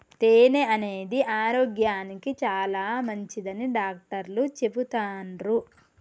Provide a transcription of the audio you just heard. తేనె అనేది ఆరోగ్యానికి చాలా మంచిదని డాక్టర్లు చెపుతాన్రు